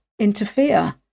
interfere